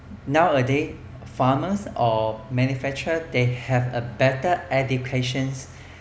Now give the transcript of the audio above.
nowadays farmers or manufacturer they have a better education